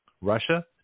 Russia